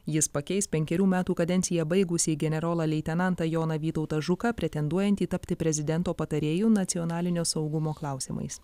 jis pakeis penkerių metų kadenciją baigusį generolą leitenantą joną vytautą žuką pretenduojantį tapti prezidento patarėju nacionalinio saugumo klausimais